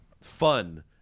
fun